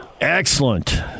Excellent